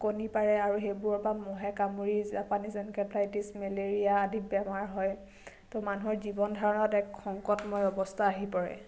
কণী পাৰে আৰু সেইবোৰৰ পৰা মহে কামুৰি জাপানীজ এনকেফেলাইটিজ মেলেৰিয়া আদি বেমাৰ হয় তো মানুহৰ জীৱন ধাৰণত এক সংকটময় অৱস্থা আহি পৰে